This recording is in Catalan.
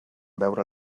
veure